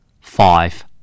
five